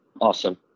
Awesome